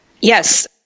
Yes